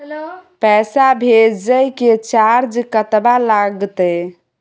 पैसा भेजय के चार्ज कतबा लागते?